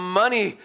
money